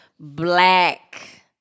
black